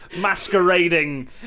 masquerading